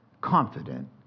confident